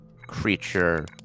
creature